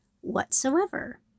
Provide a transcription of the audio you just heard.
whatsoever